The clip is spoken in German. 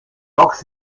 loks